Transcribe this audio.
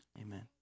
Amen